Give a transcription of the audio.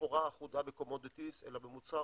בסחורה אחודה ב-commodities, אלא במוצר